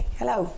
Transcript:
hello